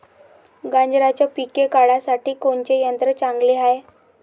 गांजराचं पिके काढासाठी कोनचे यंत्र चांगले हाय?